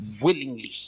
Willingly